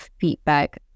feedback